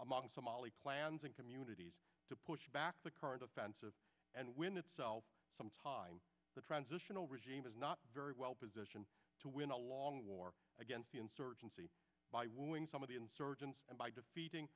among somali plans and communities to push back the current offensive and win itself sometimes the transitional regime is not very well positioned to win a long war against the insurgency by wooing some of the insurgents and by defeating